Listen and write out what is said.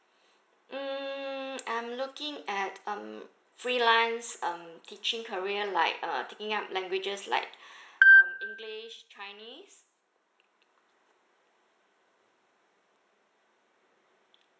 mm I'm looking at um freelance um teaching career like uh taking up languages like um english chinese